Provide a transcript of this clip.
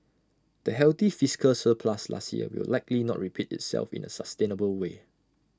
the healthy fiscal surplus last year will likely not repeat itself in A sustainable way